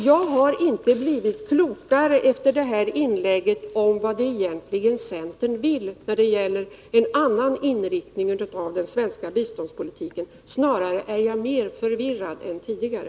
Jag har inte blivit klokare efter detta inlägg om vad centern egentligen vill när det gäller en annan inriktning av den svenska biståndspolitiken — snarare är jag mer förvirrad än tidigare.